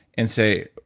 and say,